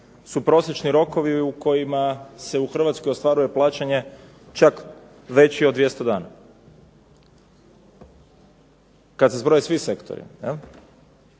su prosječni rokovi u kojima se u Hrvatskoj ostvaruje plaćanje čak veći od 200 dana, kad se zbroje svi sektori.